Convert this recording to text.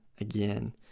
again